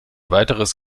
weiteres